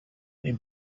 they